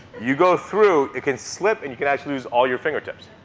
you go through, it can slip and you can actually lose all your fingertips.